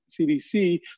CDC